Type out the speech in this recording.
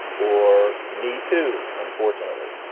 or me, too. unfortunately.